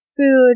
food